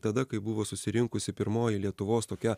tada kai buvo susirinkusi pirmoji lietuvos tokia